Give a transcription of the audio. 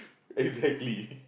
exactly